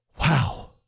Wow